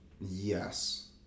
yes